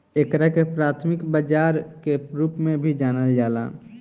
एकरा के प्राथमिक बाजार के रूप में भी जानल जाला